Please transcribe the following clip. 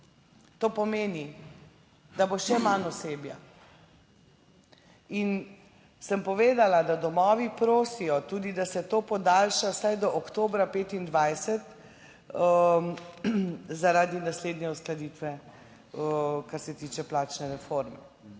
To pomeni, da bo še manj osebja. In sem povedala, da domovi prosijo tudi, da se to podaljša vsaj do oktobra 2025 zaradi naslednje uskladitve, kar se tiče plačne reforme,